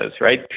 right